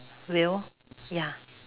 wheel ya